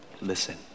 Listen